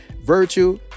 virtue